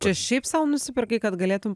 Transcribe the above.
čia šiaip sau nusipirkai kad galėtum